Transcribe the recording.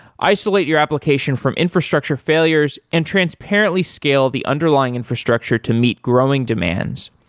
isolate your application from infrastructure failures and transparently scale the underlying infrastructure to meet growing demands,